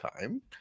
time